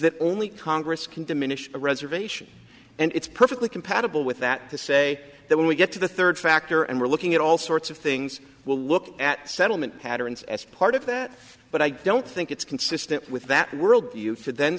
that only congress can diminish the reservation and it's perfectly compatible with that to say that when we get to the third factor and we're looking at all sorts of things we'll look at settlement patterns as part of that but i don't think it's consistent with that worldview to then